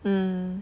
mm